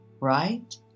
right